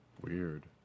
weird